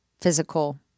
physical